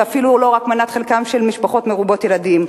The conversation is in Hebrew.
ואפילו לא רק מנת חלקן של משפחות מרובות ילדים.